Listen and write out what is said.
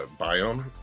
biome